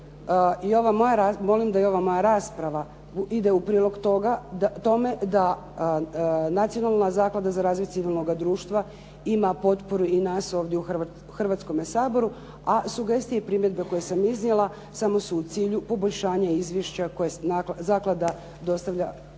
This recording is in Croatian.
i ova moja rasprava ide u prilog tome da Nacionalna zaklada za razvoj civilnoga društva ima potporu i nas ovdje u Hrvatskome saboru. A sugestije i primjedbe koje sam iznijela samo su u cilju poboljšanja izvješća koje zaklada dostavlja